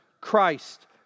Christ